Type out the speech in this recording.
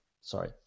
sorry